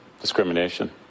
discrimination